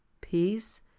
peace